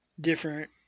different